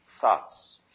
Thoughts